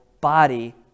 body